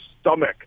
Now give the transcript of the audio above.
stomach